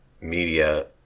media